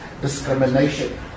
discrimination